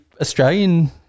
Australian